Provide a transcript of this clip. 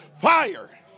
Fire